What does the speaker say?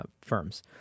firms